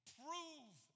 prove